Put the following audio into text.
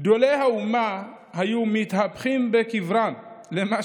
גדולי האומה היו מתהפכים בקברם מול מה